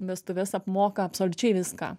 vestuves apmoka absoliučiai viską